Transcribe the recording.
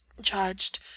judged